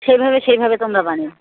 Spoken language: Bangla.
সেইভাবে সেইভাবে তোমরা বানিয়ো